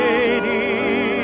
Lady